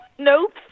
Nope